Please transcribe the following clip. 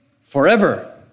forever